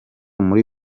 muri